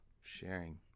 sharing